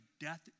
death